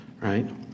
right